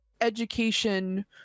education